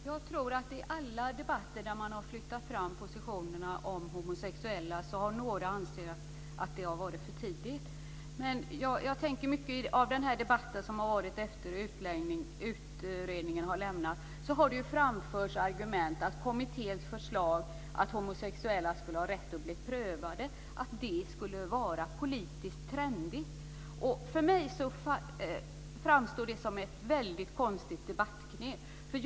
Herr talman! Jag tror att i alla debatter där man har flyttat fram positionerna för homosexuella har några ansett att det har varit för tidigt. Men i mycket av den debatt som har varit efter det att utredningen lämnade sitt resultat har argumentet framförts att kommitténs förslag om att homosexuella ska ha rätt att bli prövade för adoption skulle vara politiskt trendigt. För mig framstår det som ett väldigt konstigt debattknep.